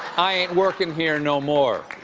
i ain't working here no more.